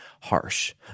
harsh